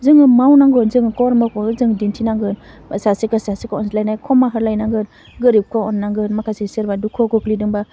जोङो मावनांगौ जों कर्मफोरखौ जों दिन्थि नांगोन सासेखौ सासेखौ अनज्लायनाय खमा होलायनांगोन गोरिबखौ अन्नांगोन माखासे सोरबा दुखुआव गोग्लैदोंबा